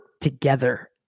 together